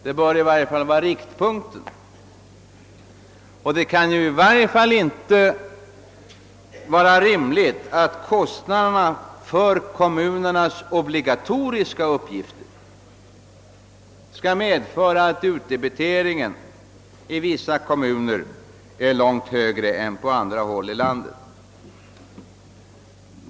Det bör vara riktpunkten, och det kan i varje fall inte vara rimligt att kostnaderna för kommunernas obligatoriska uppgifter skall medföra att utdebiteringen i vissa kommuner är långt högre än på andra håll i landet.